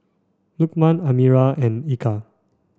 Lukman Amirah and Eka